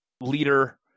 leader